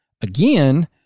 Again